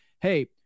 Hey